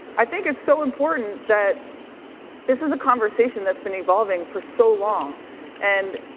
i think it's so important that this is a conversation that's been evolving for so long and